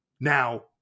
Now